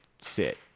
sit